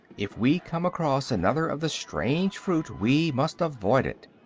if we come across another of the strange fruit we must avoid it.